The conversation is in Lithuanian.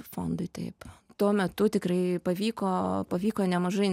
fondui taip tuo metu tikrai pavyko pavyko nemažai